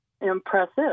impressive